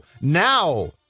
now